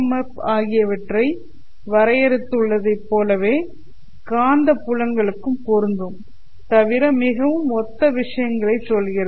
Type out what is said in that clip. F ஆகியவற்றை வரையறுத்துள்ளதைப் போலவே காந்தப்புலங்களுக்கும் பொருந்தும் தவிர மிகவும் ஒத்த விஷயங்களைச் சொல்கிறது